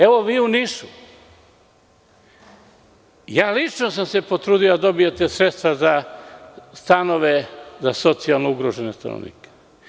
Evo, npr. u Nišu, lično sam se potrudio da dobijete sredstva za stanove za socijalno ugrožene stanovnike.